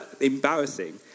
embarrassing